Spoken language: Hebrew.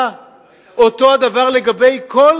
אותו דבר לגבי ימי עבודה,